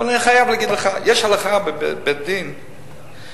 אני חייב להגיד לך, יש הלכה בבית-דין שאם